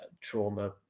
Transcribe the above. trauma